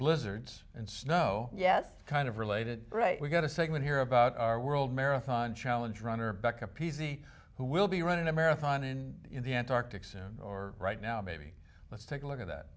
blizzards and snow yes kind of related right we've got a segment here about our world marathon challenge runner back to p c who will be running a marathon in the antarctic soon or right now baby let's take a look at that